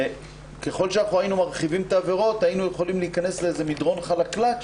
ככל שהיינו מרחיבים את העבירות היינו יכולים להיכנס לאיזה מדרון חלקלק,